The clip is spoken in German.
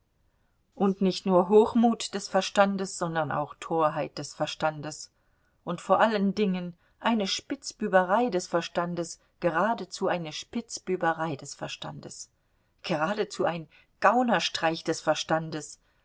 und nicht nur hochmut des verstandes sondern auch torheit des verstandes und vor allen dingen eine spitzbüberei des verstandes geradezu eine spitzbüberei des verstandes geradezu ein gaunerstreich des verstandes